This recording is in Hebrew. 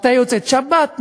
מתי יוצאת שבת?